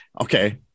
okay